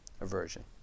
aversion